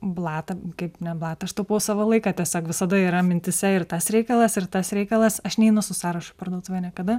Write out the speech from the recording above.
blatą kaip ne blatą aš taupau savo laiką tiesiog visada yra mintyse ir tas reikalas ir tas reikalas aš neinu su sąrašu į parduotuvę niekada